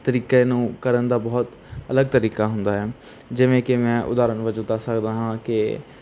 ਤਰੀਕੇ ਨੂੰ ਕਰਨ ਦਾ ਬਹੁਤ ਅਲੱਗ ਤਰੀਕਾ ਹੁੰਦਾ ਹੈ ਜਿਵੇਂ ਕਿ ਮੈਂ ਉਦਾਹਰਨ ਵਜੋਂ ਦੱਸ ਸਕਦਾ ਹਾਂ ਕਿ